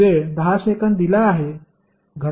वेळ 10 सेकंद दिला आहे